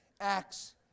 Acts